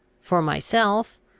for myself,